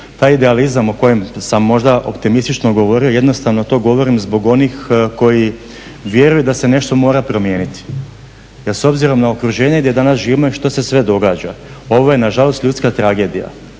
Taj idealizam o kojem sam možda optimistično govorio, jednostavno to govorim zbog onih koji vjeruju da se nešto mora promijeniti jer s obzirom na okruženje i što se sve događa. Ovo je nažalost ljudska tragedija,